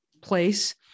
place